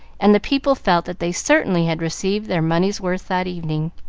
and the people felt that they certainly had received their money's worth that evening.